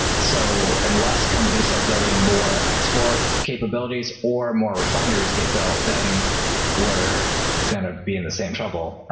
so unless companies start building more export capabilities or more refineries get built, then we're going to be in the same trouble.